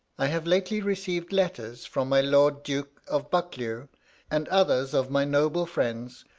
i have lately received letters from my lord duke of buccleuch and others of my noble friends,